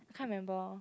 can't remember